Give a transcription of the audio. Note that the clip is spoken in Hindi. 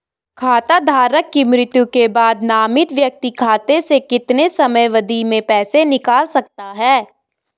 खाता धारक की मृत्यु के बाद नामित व्यक्ति खाते से कितने समयावधि में पैसे निकाल सकता है?